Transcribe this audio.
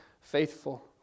faithful